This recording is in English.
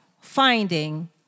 Finding